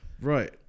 right